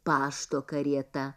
pašto karieta